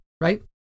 right